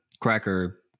cracker